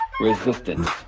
Resistance